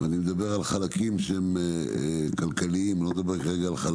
אני מדבר על חלקים כלכליים, לא כאלה